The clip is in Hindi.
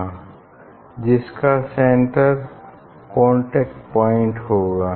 यंगस डबल स्लिट एक्सपेरिमेंट में ब्राइट फ्रिंज की कंडीशन थी पाथ डिफरेंस nलैम्डा और डार्क फ्रिंज की n12 लैम्डा